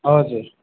हजुर